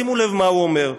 שימו לב מה הוא אומר: